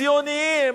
ציוניים,